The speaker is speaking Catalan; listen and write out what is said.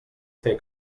fer